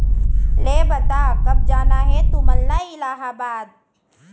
ले बता, कब जाना हे तुमन ला इलाहाबाद?